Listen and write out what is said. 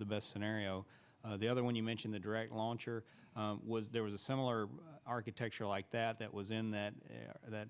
the best scenario the other one you mention the direct launcher was there was a similar architecture like that that was in that that